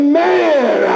man